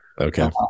Okay